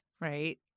right